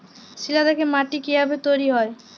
শিলা থেকে মাটি কিভাবে তৈরী হয়?